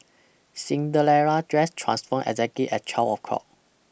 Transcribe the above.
Cinderella's dress transformed exactly at twelve o' clock